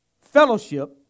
fellowship